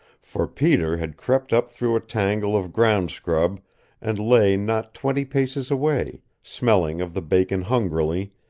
for peter had crept up through a tangle of ground-scrub and lay not twenty paces away, smelling of the bacon hungrily,